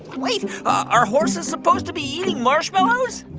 wait. are horses supposed to be eating marshmallows?